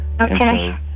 Okay